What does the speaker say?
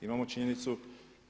Imamo činjenicu